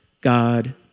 God